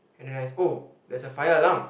and I realised oh there's a fire alarm